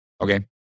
okay